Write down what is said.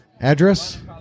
Address